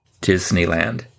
Disneyland